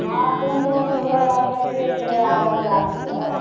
हँ टाइमसे घर अएनाइए छै अपन गाड़ीसे